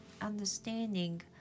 understanding